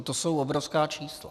To jsou obrovská čísla.